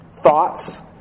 thoughts